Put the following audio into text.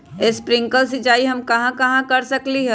Sprinkle सिंचाई हम कहाँ कहाँ कर सकली ह?